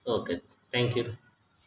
okay thank you